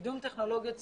קידום טכנולוגיות סביבה,